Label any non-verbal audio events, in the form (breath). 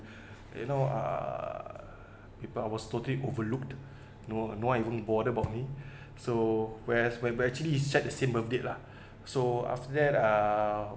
(breath) you know err people I was totally overlooked you know no one even bother about me (breath) so whereas we're actually shared the same birth date lah so after that uh